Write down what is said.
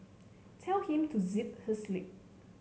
tell him to zip his lip